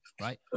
Right